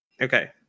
Okay